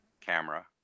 camera